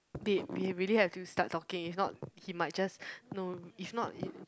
babe we really have to start talking if not he might just no if not